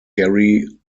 gerry